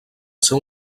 seu